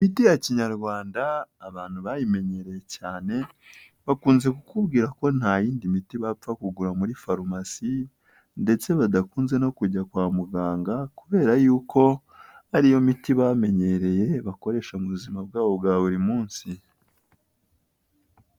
Imiti ya kinyarwanda abantu bayimenyereye cyane, bakunze kukubwira ko nta yindi miti bapfa kugura muri farumasi ndetse badakunze no kujya kwa muganga, kubera yuko ariyo miti bamenyereye bakoresha mu buzima bwabo bwa buri munsi.